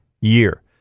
year